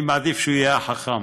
אני מעדיף שהוא יהיה החכם,